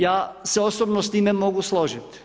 Ja se osobno s time mogu složiti.